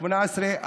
השמונה-עשרה,